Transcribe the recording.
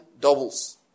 doubles